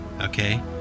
okay